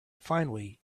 finally